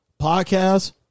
podcast